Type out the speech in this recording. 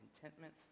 contentment